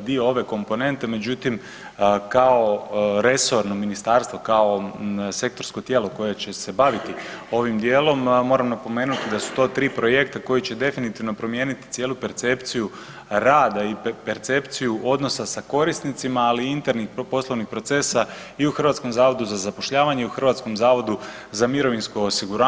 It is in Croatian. dio ove komponente, međutim kao resorno ministarstvo, kao sektorsko tijelo koje će se baviti ovim dijelom moram napomenuti da su to tri projekta koji će definitivno promijeniti cijelu percepciju rada i percepciju odnosa sa korisnicima, ali i internih poslovnih procesa i u HZZ-u i HZMO-u.